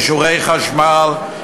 אישורי חשמל,